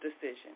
decision